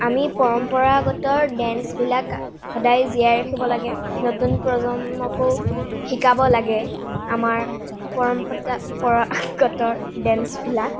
আমি পৰম্পৰাগত ডেন্সবিলাক সদায় জীয়াই ৰাখিব লাগে নতুন প্ৰজন্মকো শিকাব লাগে আমাৰ পৰম্পতাৰ পৰম্পৰাগত ডেন্সবিলাক